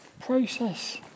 process